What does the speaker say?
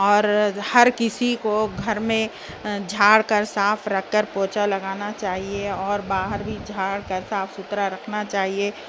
اور ہر کسی کو گھر میں جھاڑ کر صاف رکھ کر پوچھا لگانا چاہیے اور باہر بھی جھاڑ کر صاف ستھرا رکھنا چاہیے